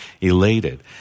elated